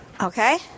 Okay